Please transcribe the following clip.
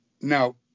Now